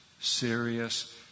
Serious